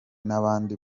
n’abandi